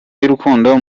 y’urukundo